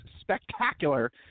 spectacular